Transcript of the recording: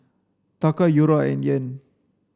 Taka Euro and Yen